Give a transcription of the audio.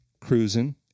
cruising